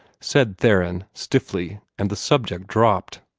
said theron, stiffly, and the subject dropped.